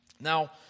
Now